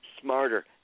smarter